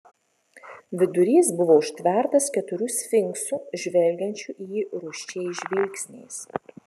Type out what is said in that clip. vidurys buvo užtvertas keturių sfinksų žvelgiančių į jį rūsčiais žvilgsniais